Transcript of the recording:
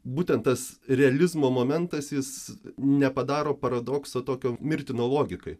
būtent tas realizmo momentas jis nepadaro paradokso tokio mirtino logikai